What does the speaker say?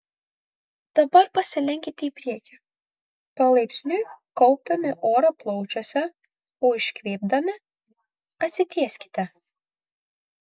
dabar pasilenkite į priekį palaipsniui kaupdami orą plaučiuose o iškvėpdami atsitieskite